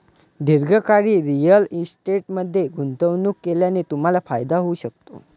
दीर्घकाळ रिअल इस्टेटमध्ये गुंतवणूक केल्याने तुम्हाला फायदा होऊ शकतो